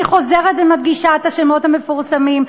אני חוזרת ומדגישה את השמות המפורסמים: